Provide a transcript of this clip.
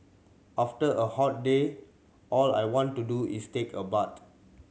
after a hot day all I want to do is take a bath